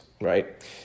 right